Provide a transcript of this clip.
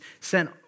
sent